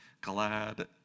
glad